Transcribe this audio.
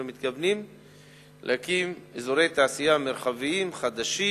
אנחנו מתכוונים להקים אזורי תעשייה מרחביים חדשים